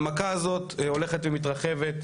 המכה הזאת הולכת ומתרחבת,